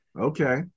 Okay